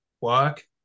work